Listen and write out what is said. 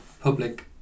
public